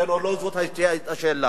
כי הלוא לא זאת היתה השאלה.